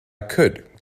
could